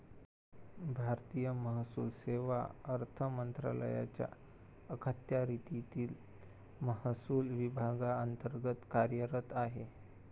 भारतीय महसूल सेवा अर्थ मंत्रालयाच्या अखत्यारीतील महसूल विभागांतर्गत कार्यरत आहे